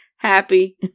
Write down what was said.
happy